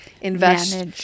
invest